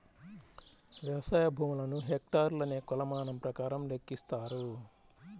వ్యవసాయ భూములను హెక్టార్లు అనే కొలమానం ప్రకారం లెక్కిస్తారు